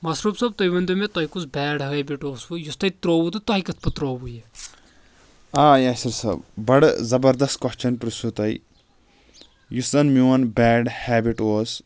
مصروٗف صٲب تُہۍ ؤنۍ تو مےٚ تۄہہِ کُس بیڈ ہیبِٹ اوسوٕ یُس تۄہہِ ترٛووٕ تہٕ تۄہہِ کِتھ پٲٹھۍ ترٛووٕ یہِ آ یاصر صٲب بَڑٕ زبردست کۄسچن پرٛژھوٗ تۄہہِ یُس زَن میون بیڈ ہیبِٹ اوس